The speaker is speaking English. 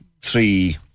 three